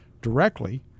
directly